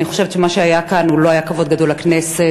אני חושבת שמה שהיה כאן לא היה כבוד גדול לכנסת.